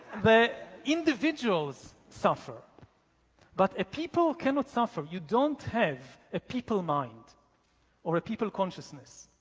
the individuals suffer but a people cannot suffer. you don't have a people mind or a people consciousness.